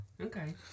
Okay